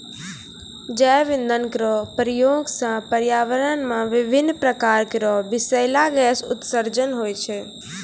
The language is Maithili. जैव इंधन केरो प्रयोग सँ पर्यावरण म विभिन्न प्रकार केरो बिसैला गैस उत्सर्जन होय छै